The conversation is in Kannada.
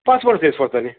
ಪಾಸ್ಪೋರ್ಟ್ ಸೈಝ್ ಫೋಟೋ ತನ್ನಿ